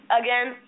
again